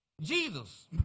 Jesus